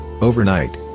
overnight